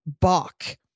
Bach